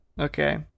Okay